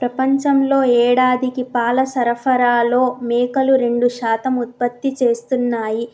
ప్రపంచంలో యేడాదికి పాల సరఫరాలో మేకలు రెండు శాతం ఉత్పత్తి చేస్తున్నాయి